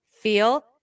feel